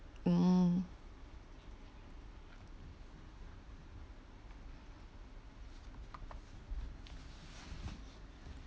mm